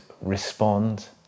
respond